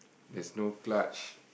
there's no clutch